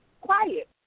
quiet